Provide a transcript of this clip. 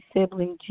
Sibling